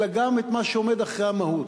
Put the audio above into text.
אלא גם את מה שעומד אחרי המהות.